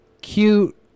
Cute